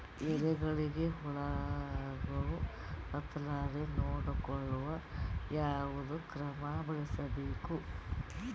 ಎಲೆಗಳಿಗ ಹುಳಾಗಳು ಹತಲಾರದೆ ನೊಡಕೊಳುಕ ಯಾವದ ಕ್ರಮ ಬಳಸಬೇಕು?